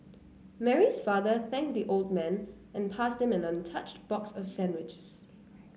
Mary's father thanked the old man and passed him an untouched box of sandwiches